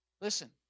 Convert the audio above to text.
Listen